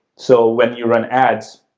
so, when you run ads,